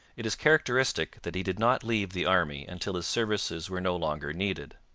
it is characteristic that he did not leave the army until his services were no longer needed.